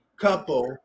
couple